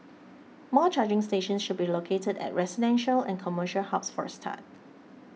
more charging stations should be located at residential and commercial hubs for a start